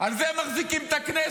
על זה הם מחזיקים את הכנסת,